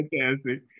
Fantastic